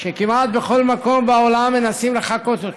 שכמעט בכל מקום בעולם מנסים לחקות אותו,